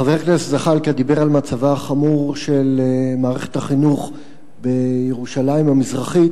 חבר הכנסת זחאלקה דיבר על מצבה החמור של מערכת החינוך בירושלים המזרחית.